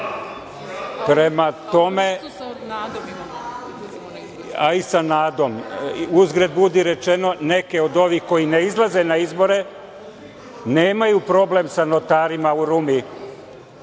i sa koalicijom NADA. Uzgred budi rečeno, neke od ovih koji ne izlaze na izbore nemaju problem sa notarima u Rumi,